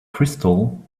crystal